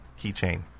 keychain